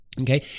okay